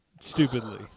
stupidly